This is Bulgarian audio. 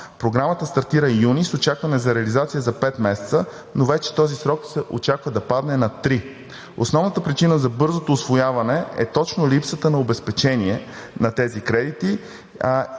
Програмата стартира месец юни с очакване за реализация за пет месеца, но вече този срок се очаква да падне на три. Основната причина за бързото усвояване е точно липсата на обезпечение на тези кредити,